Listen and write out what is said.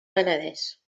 penedès